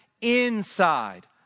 inside